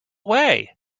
way